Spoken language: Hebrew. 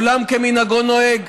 עולם כמנהגו נוהג.